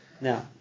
Now